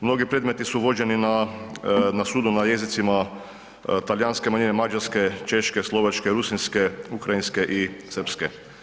Mnogi predmeti vođeni su na sudu na jezicima talijanske manjine, mađarske, češke, slovačke, rusinske, ukrajinske i srpske.